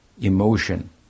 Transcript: emotion